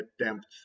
attempts